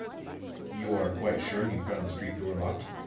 you are quite sure you found the street door locked?